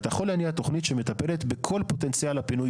אתה יכול להניע תוכנית שמטפלת בכל פוטנציאל הפינוי